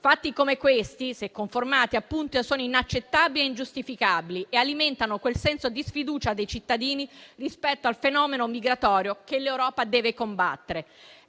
Fatti come questi - se confermati, appunto - sono inaccettabili e ingiustificabili e alimentano quel senso di sfiducia dei cittadini rispetto al fenomeno migratorio che l'Europa deve combattere.